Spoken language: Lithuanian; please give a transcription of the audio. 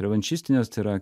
revanšistinės tai yra